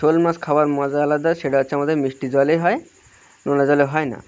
শোল মাছ খাবার মজা আলাদা সেটা হচ্ছে আমাদের মিষ্টি জলে হয় নোনা জলে হয় না